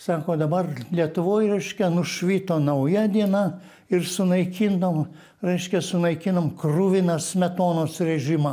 sako dabar lietuvoj reiškia nušvito nauja diena ir sunaikinom reiškia sunaikinom kruviną smetonos režimą